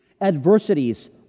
Adversities